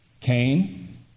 Cain